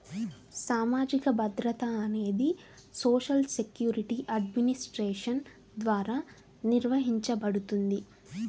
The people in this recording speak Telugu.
సామాజిక భద్రత అనేది సోషల్ సెక్యూరిటీ అడ్మినిస్ట్రేషన్ ద్వారా నిర్వహించబడుతుంది